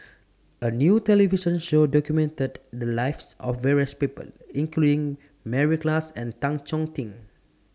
A New television Show documented The Lives of various People including Mary Klass and Tan Chong Tee